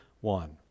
one